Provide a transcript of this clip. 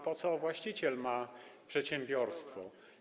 Po co właściciel ma przedsiębiorstwo?